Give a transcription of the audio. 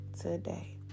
today